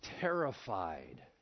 terrified